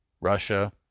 Russia